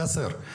יאסר,